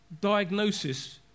diagnosis